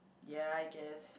ya I guess